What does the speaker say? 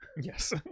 yes